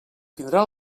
tindrà